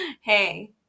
Hey